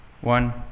one